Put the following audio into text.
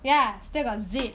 ya still got zip